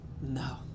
No